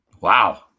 Wow